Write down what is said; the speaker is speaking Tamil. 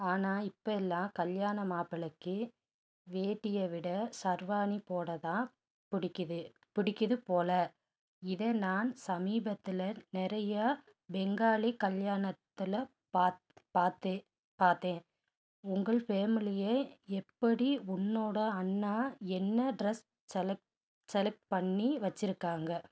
ஆனால் இப்போ எல்லாம் கல்யாண மாப்பிள்ளைக்கு வேட்டியை விட ஷெர்வானி போட தான் பிடிக்குது பிடிக்குது போல் இது நான் சமீபத்தில் நிறையா பெங்காலி கல்யாணத்தில் பார்த்து பார்த்தேன் உங்கள் ஃபேமிலி எப்படி உன்னோட அண்ணா என்ன ட்ரெஸ் செலக்ட் செலக்ட் பண்ணி வைச்சிருக்காங்க